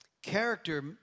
Character